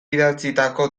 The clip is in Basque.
idatzitako